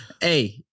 Hey